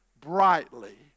brightly